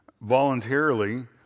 voluntarily